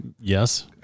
Yes